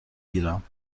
گیرم